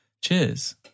cheers